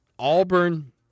Auburn